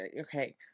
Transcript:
okay